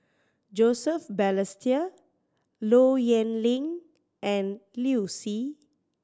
Joseph Balestier Low Yen Ling and Liu Si